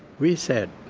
we said,